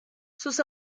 sus